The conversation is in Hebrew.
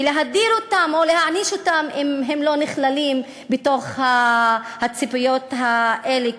ולהדיר אותם או להעניש אותם אם הם לא נכללים בתוך הציפיות האלה,